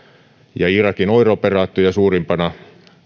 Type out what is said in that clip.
ja irakin oir operaatioon ja suurimpana